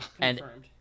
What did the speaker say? Confirmed